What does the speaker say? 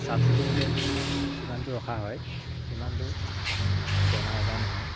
চাফ চিকুণকে যিমানটো ৰখা হয় সিমানটো বেমাৰ আজাৰ নহয়